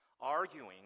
arguing